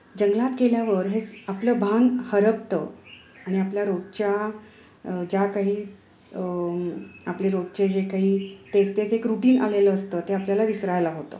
जंगलात गेल्यावर हे आपलं भान हरपतं आणि आपल्या रोजच्या ज्या काही आपले रोजचे जे काही तेच तेच एक रुटीन आलेलं असतं ते आपल्याला विसरायला होतं